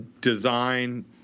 design